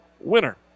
Winner